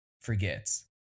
forgets